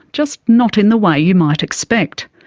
just not in the way you might expect.